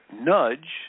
nudge